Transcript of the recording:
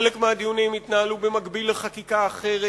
חלק מהדיונים התנהלו במקביל לחקיקה אחרת.